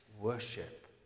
worship